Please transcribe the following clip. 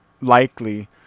likely